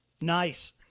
Nice